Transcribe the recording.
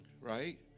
right